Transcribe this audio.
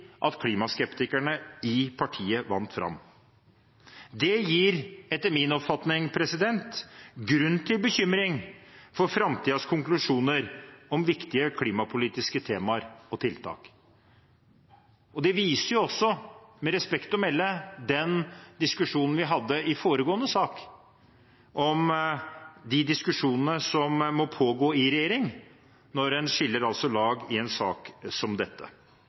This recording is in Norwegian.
at klimaskeptikerne i partiet vant fram. Det gir etter min oppfatning grunn til bekymring for framtidens konklusjoner om viktige klimapolitiske temaer og tiltak. Det viser også, med respekt å melde, den diskusjonen vi hadde i foregående sak, om de diskusjonene som må pågå i regjering når man skiller lag i en sak som dette.